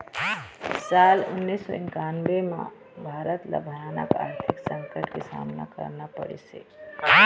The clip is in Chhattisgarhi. साल उन्नीस सौ इन्कानबें म भारत ल भयानक आरथिक संकट के सामना करना पड़िस हे